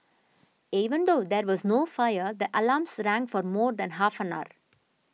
even though there was no fire the alarms rang for more than half an hour